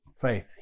Faith